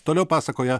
toliau pasakoja